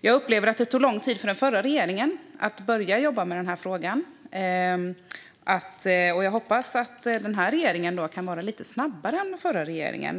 Jag upplever att det tog lång tid för den förra regeringen att börja jobba med frågan, och jag hoppas att den här regeringen kan vara lite snabbare.